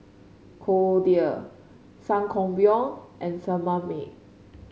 Kordel Sangobion and Sebamed